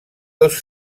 dos